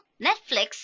Netflix